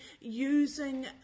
using